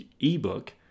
ebook